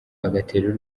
agatera